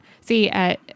See